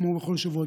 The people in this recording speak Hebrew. כמו בכל שבוע,